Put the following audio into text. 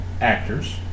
actors